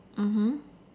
mmhmm